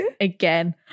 again